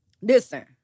Listen